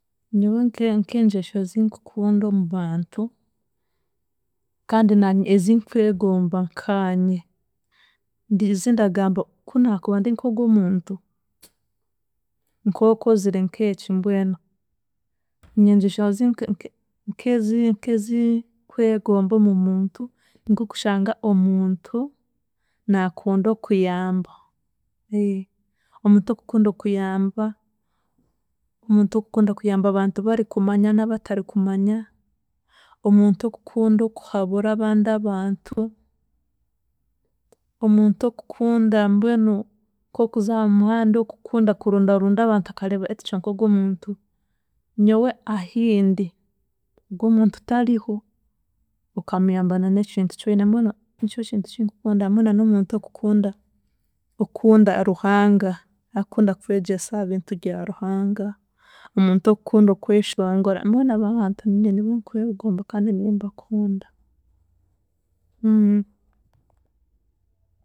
Nyowe nke- nk'engyesho zinkukunda omu bantu kandi naanye ezinkwegomba nkaanye, ndi- ezindagamba ku naakuba ndi nk'ogu omuntu, nkookozire nk'eki mbwenu nyengyesho zi- nk'ezi- nk'ezikwegomba omu muntu, nk'okushaga omuntu naakunda okuyamba, omuntu okukunda okuyamba, omuntu okukuda kuyamba abantu bari kumanya n'abatari kumanya, omuntu okukunda okuhabura abandi abantu, omuntu okukunda mbwenu nk'okuza aha muhanda okukunda okurundarunda abantu akareeba kucwa nk'ogu omuntu, nyowe ahindi ogwe omuntu tariho akamuyamba na n'ekintu ky'oine mbwenu nikyo kintu kinkukunda hamwe na n'omuntu okukunda, okukunda Ruhanga arikukunda kwegyesa aha bintu rya Ruhanga, omuntu okukunda okweshongora mbwenu abo bantu niinye nibo ndikwegomba kandi nimbakunda.